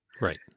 Right